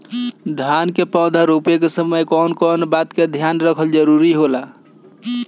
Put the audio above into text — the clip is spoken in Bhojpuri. धान के पौधा रोप के समय कउन कउन बात के ध्यान रखल जरूरी होला?